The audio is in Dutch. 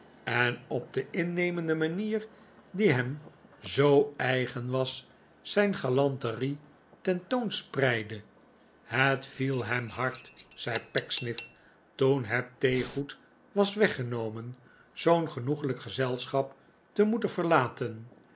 en op de innemende manier die hem zoo eigen was zijn galanterie ten toon spreidde het viel hem hard zei pecksniff toen het theegoed was weggenomen zoo'n genoeglijk gezelschap te moeten verlaten